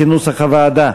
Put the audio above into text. כנוסח הוועדה.